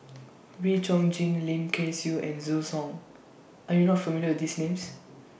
Wee Chong Jin Lim Kay Siu and Zhu Hong Are YOU not familiar with These Names